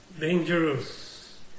dangerous